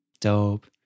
Dope